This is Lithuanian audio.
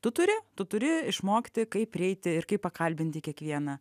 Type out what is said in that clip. tu turi tu turi išmokti kaip prieiti ir kaip pakalbinti kiekvieną